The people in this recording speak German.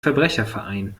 verbrecherverein